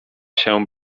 się